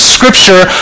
Scripture